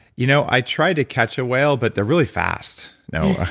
you know i tried to catch a whale, but they're really fast. no.